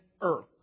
earth